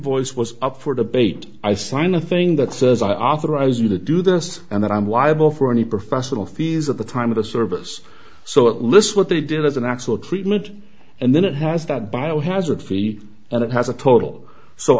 voice was up for debate i sign a thing that says i authorize you to do this and that i'm liable for any professional fees at the time of the service so it lists what they did as an actual created and then it has that biohazard fee and it has a total so